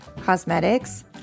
cosmetics